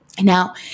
Now